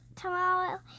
tomorrow